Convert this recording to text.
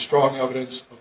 strong evidence of